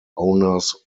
owners